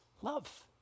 love